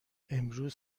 امروز